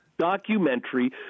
documentary